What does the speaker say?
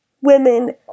women